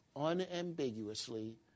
unambiguously